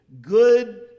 Good